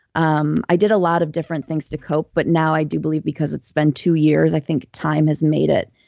um i did a lot of different things to cope, but now i do believe because it's been two years i think time has made it